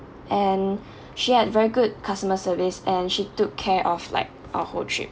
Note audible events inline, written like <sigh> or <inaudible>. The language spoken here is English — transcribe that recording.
and <breath> she had very good customer service and she took care of like our whole trip